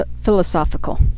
philosophical